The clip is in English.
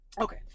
Okay